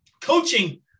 coaching